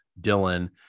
dylan